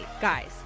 Guys